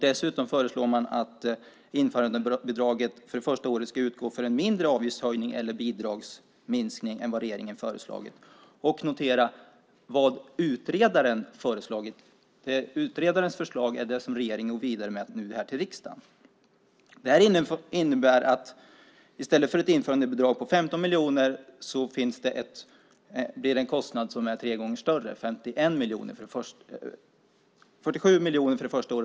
Dessutom föreslår man att införandebidraget för det första året ska utgå för en mindre avgiftshöjning eller bidragsminskning än vad regeringen föreslagit och - notera - vad utredaren föreslagit. Utredarens förslag är det som regeringen nu går vidare med till riksdagen. Det här innebär att det i stället för ett införandebidrag på 15 miljoner blir en kostnad som är tre gånger större. Det är 47 miljoner för det första året.